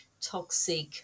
toxic